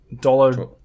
dollar